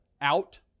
Out